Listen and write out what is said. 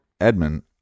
Edmund